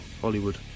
Hollywood